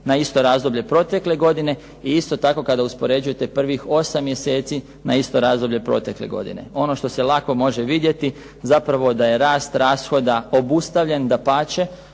na isto razdoblje protekle godine i isto tako kada uspoređujete prvih 8 mjeseci na isto razdoblje protekle godine. Ono što se lako može vidjeti zapravo da je rast rashoda obustavljen, dapače